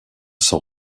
sans